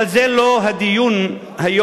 אבל זה לא הדיון היום.